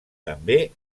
també